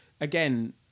Again